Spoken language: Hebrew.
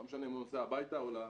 לא משנה אם הוא נוסע הביתה או ל-,